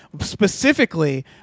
specifically